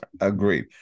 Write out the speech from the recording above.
Agreed